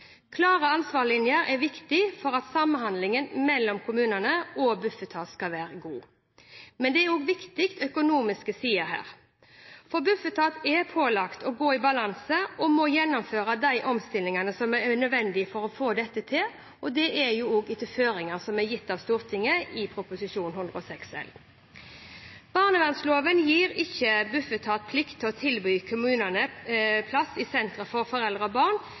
Klare ansvarslinjer er viktig for at samhandlingen mellom kommunene og Bufetat skal være god. Men det er også viktige økonomiske sider her. Bufetat er pålagt å gå i balanse og må gjennomføre de omstillingene som er nødvendige for å få dette til. Det er også etter føringer som er gitt av Stortinget i Prop 106 L. Barnevernsloven gir ikke Bufetat plikt til å tilby kommunene plasser i sentre for foreldre og barn,